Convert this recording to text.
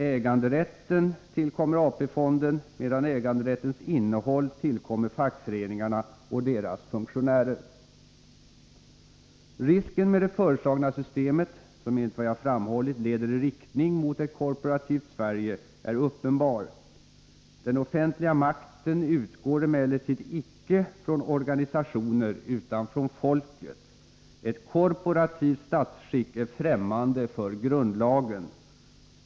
Äganderätten tillkommer AP-fonden, medan äganderättens innehåll tillkommer fackföreningarna och deras funktionärer. Risken med det föreslagna systemet, som enligt vad jag framhållit leder i riktning mot ett korporativt Sverige, är uppenbar. Den offentliga makten utgår emellertid icke från organisationer utan från folket. Ett korporativt statsskick är främmande för grundlagen.